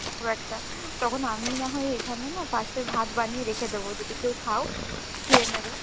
খুব একটা তখন আমিই না হয় এইখানে না পাশে ভাত বানিয়ে রেখে দেবো যদি কেউ খাও খেয়ে নেবে